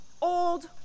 old